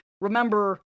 remember